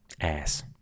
Ass